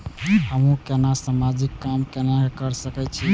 हमू केना समाजिक काम केना कर सके छी?